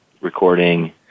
recording